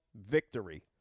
victory